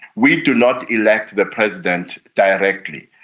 we do not elect the president directly,